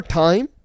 time